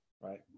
right